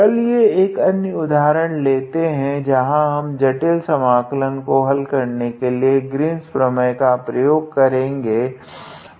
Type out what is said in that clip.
चलिए एक अन्य उदाहरण लेते है जहाँ हम जटिल समाकलन को हल करने के लिए ग्रीन्स प्रमेय का प्रयोग करेगे